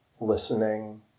listening